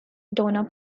donner